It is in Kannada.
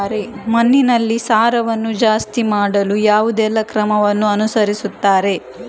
ಮಣ್ಣಿನಲ್ಲಿ ಸಾರವನ್ನು ಜಾಸ್ತಿ ಮಾಡಲು ಯಾವುದೆಲ್ಲ ಕ್ರಮವನ್ನು ಅನುಸರಿಸುತ್ತಾರೆ